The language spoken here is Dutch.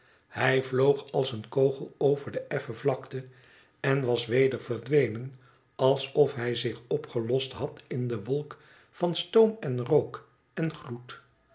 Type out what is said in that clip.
hij vloog als een kogel over deeffen vlakte en was weder verdwenen alsof hij zich opgelost had in de wolk van stoom en rook en gloed